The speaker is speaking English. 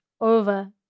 over